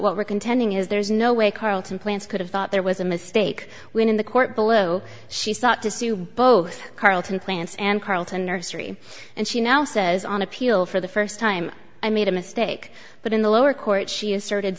what were contending is there's no way carlton plants could have thought there was a mistake when in the court below she sought to sue both carlton plants and carlton nursery and she now says on appeal for the first time i made a mistake but in the lower court she asserted